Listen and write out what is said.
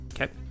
Okay